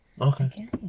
Okay